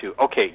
okay